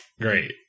great